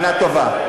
שנה טובה.